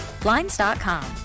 Blinds.com